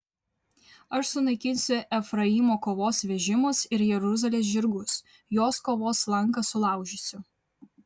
aš sunaikinsiu efraimo kovos vežimus ir jeruzalės žirgus jos kovos lanką sulaužysiu